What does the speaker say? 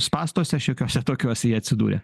spąstuose šiokiuose ir tokiuose jie atsidūrė